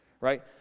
right